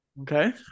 Okay